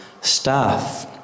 staff